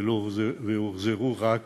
והוחזרו רק